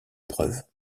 preuves